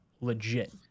legit